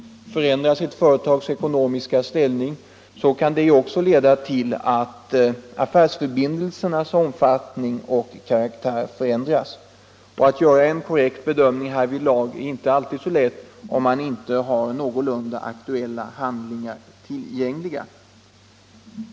Förändras ett företags ekonomiska ställning, kan det också leda till att affärsförbindelsernas omfattning och karaktär förändras. Att göra en korrekt bedömning härvidlag är inte alltid så lätt om man inte har någorlunda aktuella handlingar tillgängliga.